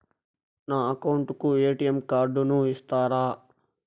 నా అకౌంట్ కు ఎ.టి.ఎం కార్డును ఇస్తారా